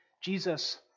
Jesus